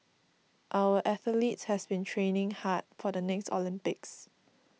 our athletes have been training hard for the next Olympics